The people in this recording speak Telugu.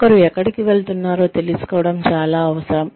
ఒకరు ఎక్కడికి వెళుతున్నారో తెలుసుకోవడం చాలా అవసరం